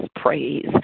praise